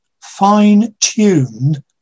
fine-tuned